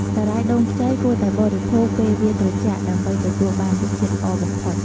សារាយដូងខ្ចីគួរតែបរិភោគពេលវាត្រជាក់ដើម្បីទទួលបានរសជាតិល្អបំផុត។